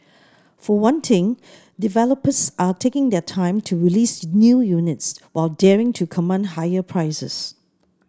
for one thing developers are taking their time to release new units while daring to command higher prices